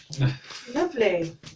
Lovely